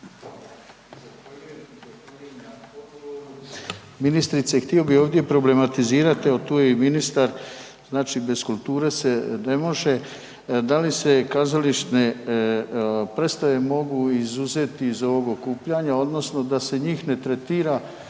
Ministrice, htio bi ovdje problematizirati, evo tu je i ministar, znači bez kulture se ne može. Da li se kazališne predstave mogu izuzeti iz ovog okupljanja odnosno da se njih ne tretira